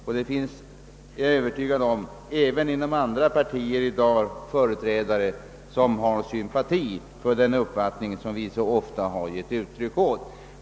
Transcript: Jag är övertygad om att det i dag även inom Övriga partier finns många som har sympatier för den uppfattning som vi så ofta har givit uttryck åt.